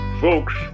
Folks